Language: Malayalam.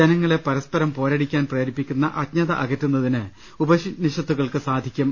ജനങ്ങളെ പര സ്പരം പോരടിക്കാൻ പ്രേരിപ്പിക്കുന്ന അജ്ഞത അകറ്റുന്നതിന് ഉപനി ഷത്തുകൾക്ക് സാധിക്കും